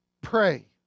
pray